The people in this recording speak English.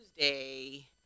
Tuesday